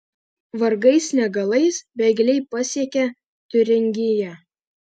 vargais negalais bėgliai pasiekia tiuringiją